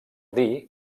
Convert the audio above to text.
dir